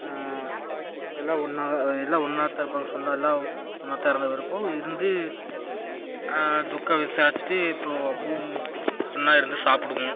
எல்லாம் ஒன்றா தான் எல்லாம் ஒன்றா தான் இருப்பாங்க சொந்தம் எல்லாம் ஒன்றா தான் இருந்து விருப்பம் இருந்து துக்கம் விசாரிச்சுட்டு போ பூம் ஒன்றா இருந்து சாப்பிடுவோம்